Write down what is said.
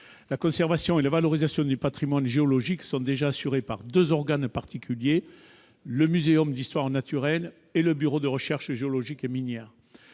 La conservation et la valorisation du patrimoine géologique sont déjà assurées par deux organes particuliers, le Muséum national d'histoire naturelle et le Bureau de recherches géologiques et minières.